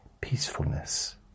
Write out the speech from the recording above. peacefulness